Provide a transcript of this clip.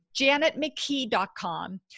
JanetMcKee.com